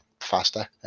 faster